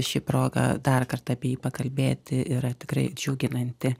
ši proga dar kartą apie jį pakalbėti yra tikrai džiuginanti